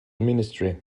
ministry